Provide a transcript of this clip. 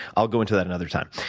i'll go into that another time.